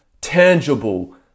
tangible